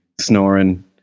snoring